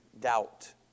doubt